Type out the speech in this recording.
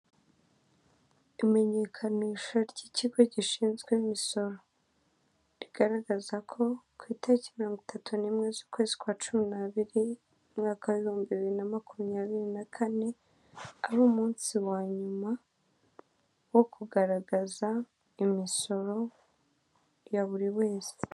Igice cyimwe cy'iguriro ricuruza ibinyobwa bitandukanye, kiri kugaragaza ibiri mu mata apfunyitse mu dushashi, ndetse n' ibinyobwa bituruka ku mbuto, hari umugabo wegamye hafi aho wambaye iby'umukara.